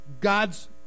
God's